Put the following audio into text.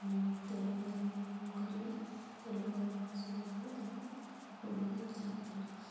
ତେଲ ଗରମ କରିବା ତେଲ ଗରମ କରି ସାଇଲା ପରେ ତାକୁ କୋବି କି ଆମେ ଛାଙ୍କି ଥିଲି